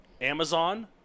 amazon